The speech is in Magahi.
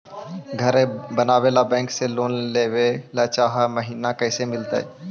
घर बनावे ल बैंक से लोन लेवे ल चाह महिना कैसे मिलतई?